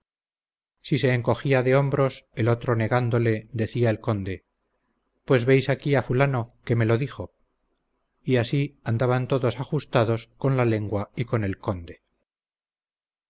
si se encogía de hombros el otro negándole decía el conde pues veis aquí a fulano que me lo dijo y así andaban todos ajustados con la lengua y con el conde